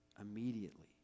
immediately